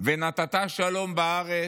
ונתת שלום בארץ